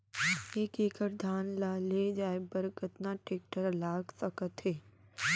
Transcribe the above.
एक एकड़ धान ल ले जाये बर कतना टेकटर लाग सकत हे?